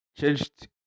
changed